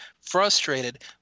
frustrated